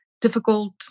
difficult